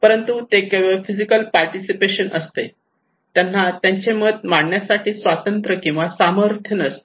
पण ते केवळ फिजिकल पार्टिसिपेशन असते त्यांना त्यांचे मत मांडण्यासाठी स्वातंत्र्य किंवा सामर्थ्य नसते